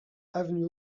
avenue